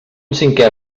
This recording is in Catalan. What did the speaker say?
cinqué